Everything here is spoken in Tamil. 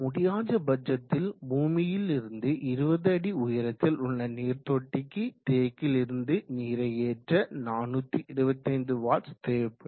முடியாத பட்சத்தில் பூமியிலிருந்து 20 அடி உயரத்தில் உள்ள நீர் தொட்டிக்கு தேக்கியிலிருந்து நீரை ஏற்ற திறன் 425 W தேவைப்படும்